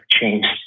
changed